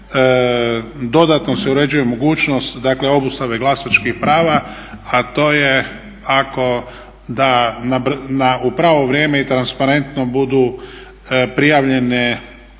dodatno se uređuje mogućnost dakle obustave glasačkih prava a to je ako u pravo vrijeme i transparentno budu prijavljene